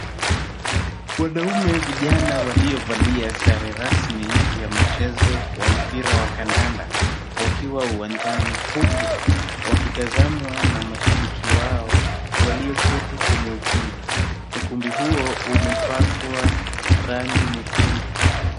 Wanaume vijana waliovalia sare rasmi ya mchezo wa mpira wa kandanda wakiwa uwanjani huku wakitazamwa na mashabiki wao walioketi kwenye ukumbi, ukumbi huo umepakwa rangi nyekundu.